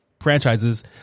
franchises